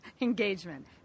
engagement